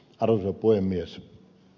arvoisa puhemies